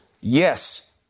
Yes